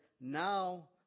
now